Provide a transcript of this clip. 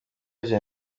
gen